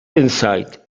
insight